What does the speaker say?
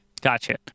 Gotcha